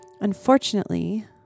Unfortunately